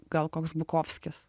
gal koks bukovskis